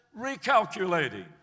recalculating